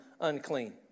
unclean